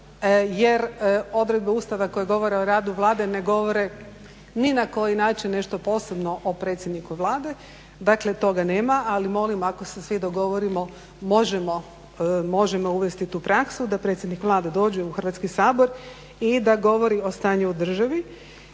jer odredbe Ustava koje govore o radu Vlade ne govore ni na koji način nešto posebno o predsjedniku Vlade, dakle toga nema ali molim ako se svi dogovorimo možemo uvesti tu praksu da predsjednik Vlade dođe u Hrvatski sabor i da govori o stanju u državi.